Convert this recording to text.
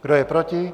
Kdo je proti?